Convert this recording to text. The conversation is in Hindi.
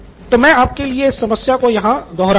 तो मैं आपके लिए इस समस्या को यहाँ दोहराऊंगा